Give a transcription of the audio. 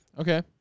Okay